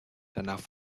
danach